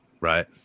Right